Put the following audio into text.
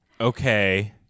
Okay